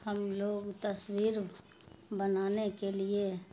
ہم لوگ تصویر بنانے کے لیے